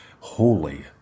holy